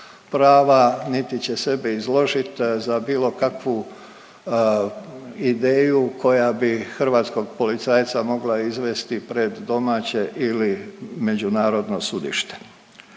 niti će sebe izložit za bilo kakvu ideju koja bi hrvatskog policajca mogla izvesti pred domaće ili međunarodno sudište.